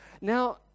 Now